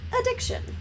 addiction